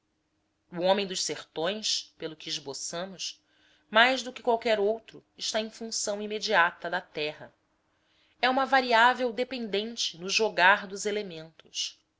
o homem dos sertões pelo que esboçamos mais do que qualquer outro está em função imediata da terra é uma variável dependente no jogar dos elementos